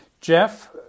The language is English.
Jeff